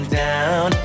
down